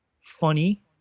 funny